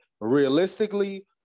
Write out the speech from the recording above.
realistically